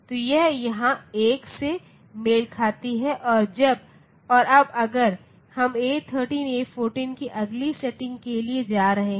तो यह यहाँ 1 से मेल खाती है और अब अगर हम A13 A14 की अगली सेटिंग के लिए जा रहे हैं